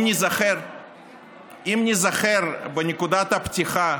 אם ניזכר בנקודת הפתיחה